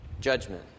judgment